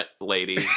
lady